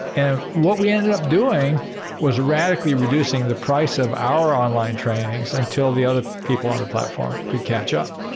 and what we end up doing was radically reducing the price of our online trainings until the other people on the platform could catch up,